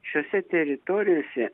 šiose teritorijose